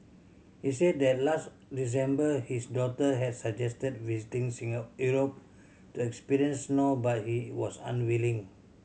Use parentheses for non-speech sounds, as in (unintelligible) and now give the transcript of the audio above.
he said that last December his daughter had suggested visiting (unintelligible) Europe to experience snow but he was unwilling